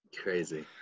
Crazy